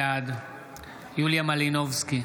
בעד יוליה מלינובסקי,